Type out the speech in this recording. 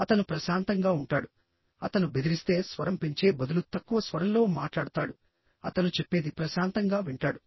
అతను ప్రశాంతంగా ఉంటాడు అతను బెదిరిస్తే స్వరం పెంచే బదులు తక్కువ స్వరంలో మాట్లాడతాడు అతను చెప్పేది ప్రశాంతంగా వింటాడు